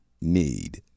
need